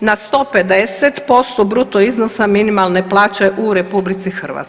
na 150% bruto iznosa minimalne plaće u RH.